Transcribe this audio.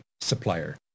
supplier